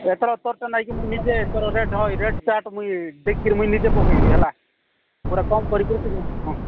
ଏଥର ତ ତୋତେ ନେଇ କି ମୁଁ ନିଜେ ତୋର ରେଟ ହଇ ରେଟ୍ ଚାର୍ଟ ମୁଁ ଦେଖିକିରି ମୁୁଁ ନିଜେ ପକେଇବି ହେଲା ପୁରା କମ କରିକିରି ହଁ